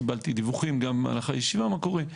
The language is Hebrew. קיבלתי דיווחים גם במהלך הישיבה מה קורה.